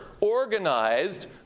organized